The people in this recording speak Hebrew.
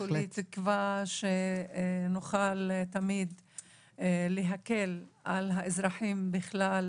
כולי תקווה שנוכל להקל על האזרחים בכלל,